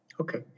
Okay